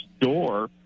door